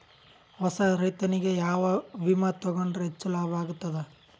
ಹೊಸಾ ರೈತನಿಗೆ ಯಾವ ವಿಮಾ ತೊಗೊಂಡರ ಹೆಚ್ಚು ಲಾಭ ಆಗತದ?